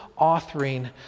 authoring